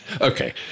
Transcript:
Okay